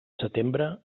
setembre